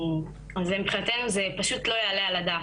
אז מבחינתנו זה פשוט לא יעלה על הדעת.